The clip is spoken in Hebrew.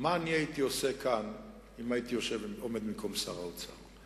מה אני הייתי עושה כאן אם הייתי עומד במקום שר האוצר.